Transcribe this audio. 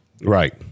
right